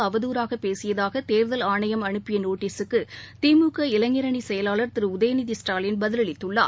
அவதுறாகப் பேசியதாக தேர்தல் ஆணையம் அனுப்பிய நோட்டீஸுக்கு திமுக இளைஞரணி செயலாளர் திரு உதயநிதி ஸ்டாலின் பதிலளித்துள்ளார்